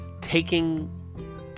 taking